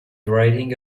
riding